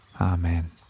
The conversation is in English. Amen